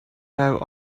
have